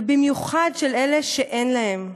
ובמיוחד של אלה שאין להם.